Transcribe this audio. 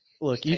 Look